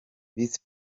visi